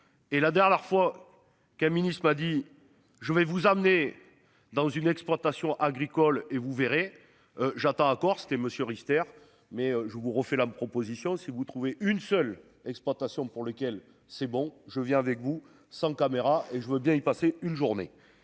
et la Dares la fois qu'un ministre, il m'a dit je vais vous emmener dans une exploitation agricole et vous verrez. J'attends encore c'était Monsieur Richter mais je vous refais la proposition si vous trouvez une seule exploitation pour lequel c'est bon je viens avec vous, sans caméra et je veux bien y passer une journée